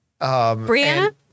Brianna